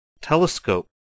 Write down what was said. Telescope